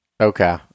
Okay